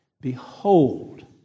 Behold